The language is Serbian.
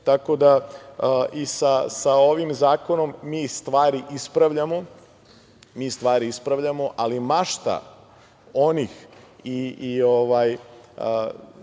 tako da i sa ovim zakonom mi stvari ispravljamo, ali mašta onih,